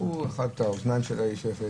לקחו את האוזניים של האיש הכי יפה,